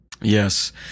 Yes